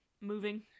Moving